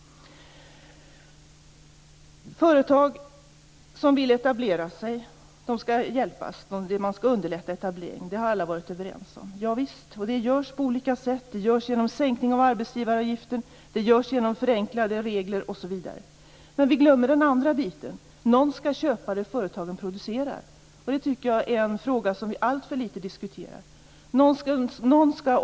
Företag som vill etablera sig skall hjälpas. Alla har varit överens om att man skall underlätta etablering. Javisst, och det görs på olika sätt: genom sänkning av arbetsgivaravgifter, genom förenklade regler osv. Men vi glömmer den andra biten. Någon skall ju köpa det som företagen producerar. Det är en fråga som alltför litet diskuteras.